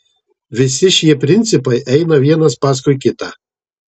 visi šie principai eina vienas paskui kitą